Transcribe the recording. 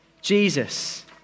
Jesus